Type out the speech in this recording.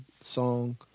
song